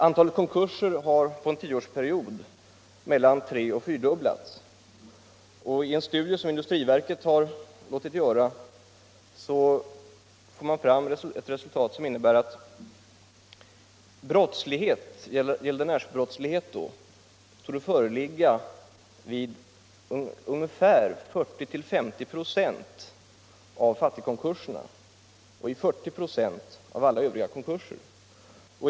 Antalet konkurser har på en tioårsperiod treeller fyrdubblats. I en studie som industriverket har låtit göra visas att gäldenärsbrottslighet skulle föreligga vid ungefär 40 till 50 96 av fattigkonkurserna och i 40 96 av alla övriga konkurser.